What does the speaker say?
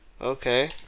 Okay